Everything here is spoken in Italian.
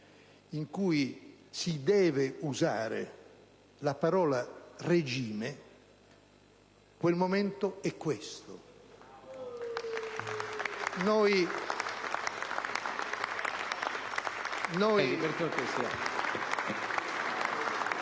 in cui si deve usare la parola «regime», quel momento è questo.